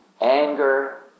anger